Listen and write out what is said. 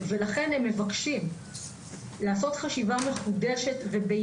לכן הם מבקשים לעשות חשיבה מחודשת בנושא הזה,